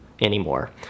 anymore